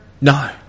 No